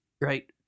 right